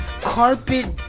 Carpet